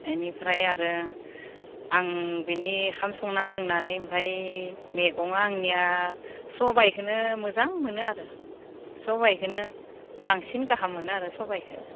एनिफ्राय आरो आं बिनि ओंखाम संनो रोंनानै ओमफाय मैगङा आंनिया सबाइखोनो मोजां मोनो आरो सबाइखोनो बांसिन गाहाम मोनो आरो सबाइखो